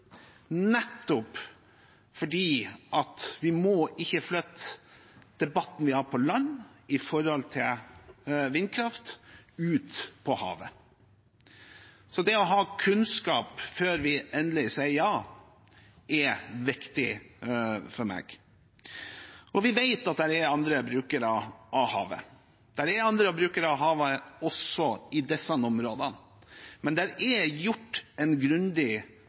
nettopp fordi vi ikke må flytte debatten vi har om vindkraft på land, ut på havet. Det å ha kunnskap før vi sier endelig ja, er viktig for meg. Vi vet at det er andre brukere av havet. Det er andre brukere av havet også i disse områdene, men det er gjort en grundig